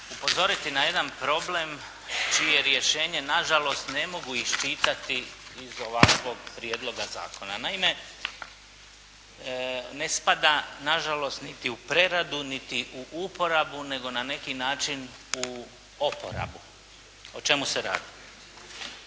upozoriti na jedan problem, čije rješenje na žalost ne mogu isčitati iz ovakvog prijedloga zakona. Naime, ne spada na žalost niti u preradu, niti u uporabu, nego na neki način u oporabu. O čemu se radi?